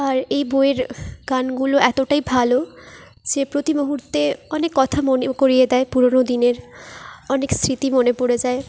আর এই বইয়ের গানগুলো এতটাই ভালো যে প্রতি মুহুর্তে অনেক কথা মনেও করিয়ে দেয় পুরোনো দিনের অনেক স্মৃতি মনে পড়ে যায়